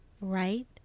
right